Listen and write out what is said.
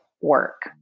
work